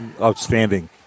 outstanding